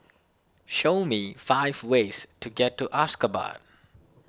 show me five ways to get to Ashgabat